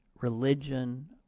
religion